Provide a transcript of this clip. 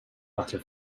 latter